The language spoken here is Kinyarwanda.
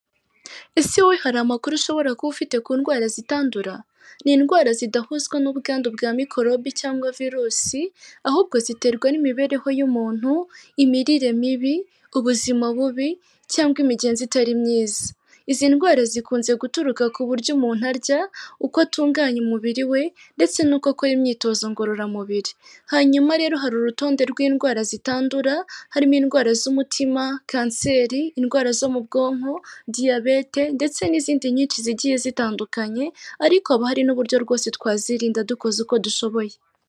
Ese wowe hari amakuru ushobora kuba ufite ku ndwara zitandura? Ni indwara zidahuzwa n'ubwandu bwa mikorobi cyangwa virusi, ahubwo ziterwa n'imibereho y'umuntu, imirire mibi, ubuzima bubi, cyangwa imigenzo itari myiza. Izi ndwara zikunze guturuka ku buryo umuntu arya, uko atunganya umubiri we, ndetse nuko akora imyitozo ngororamubiri. Hanyuma rero hari urutonde rw'indwara zitandura, harimo indwara z'umutima, kanseri, indwara zo mu bwonko, diyabete, ndetse n'izindi nyinshi zigiye zitandukanye, ariko haba hari n'uburyo rwose twazirinda dukoze uko dushoboye.